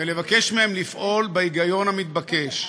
ולבקש מהם לפעול בהיגיון המתבקש.